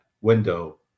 window